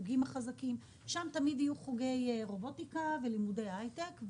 בחוגים החזקים בהם תמיד יהיו חוגי רובוטיקה ולימודי הייטק.